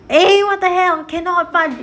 eh what the hell cannot fart